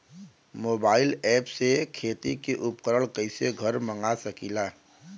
Mobile ऐपसे खेती के उपकरण कइसे घर मगा सकीला?